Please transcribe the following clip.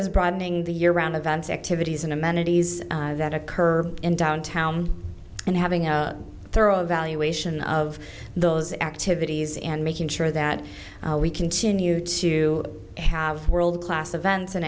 is broadening the year round events activities and amenities that occur in downtown and having a thorough evaluation of those activities and making sure that we continue to have world class events and